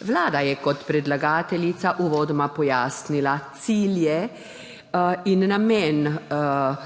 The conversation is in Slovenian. Vlada je kot predlagateljica uvodoma pojasnila cilje in namen